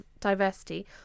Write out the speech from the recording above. Diversity